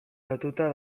lotuta